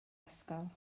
ysgol